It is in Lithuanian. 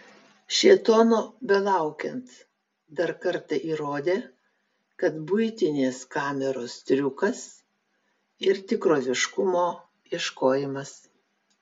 šėtono belaukiant dar kartą įrodė kad buitinės kameros triukas ir tikroviškumo ieškojimas